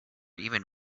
even